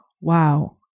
wow